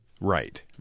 right